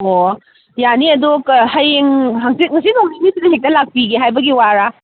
ꯑꯣ ꯌꯥꯅꯤ ꯑꯗꯣ ꯍꯌꯦꯡ ꯍꯥꯡꯆꯤꯠ ꯉꯁꯤ ꯅꯣꯡꯅꯤꯅꯤꯁꯤꯗ ꯍꯦꯛꯇ ꯂꯥꯛꯄꯤꯒꯦ ꯍꯥꯏꯕꯒꯤ ꯋꯥꯔꯥ